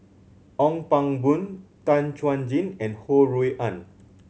Ong Pang Boon Tan Chuan Jin and Ho Rui An